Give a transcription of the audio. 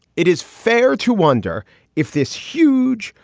it is fair to wonder if this huge,